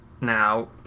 now